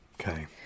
Okay